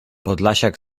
podlasiak